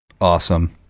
Awesome